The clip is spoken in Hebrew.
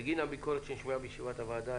בגין הביקורת שנשמעה בישיבת הוועדה,